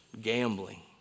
gambling